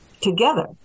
together